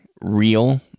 real